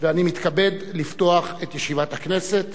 ואני מתכבד לפתוח את ישיבת הכנסת.